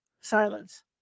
Silence